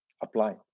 apply